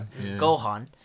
Gohan